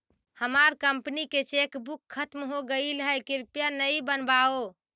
हमार कंपनी की चेकबुक खत्म हो गईल है, कृपया नई बनवाओ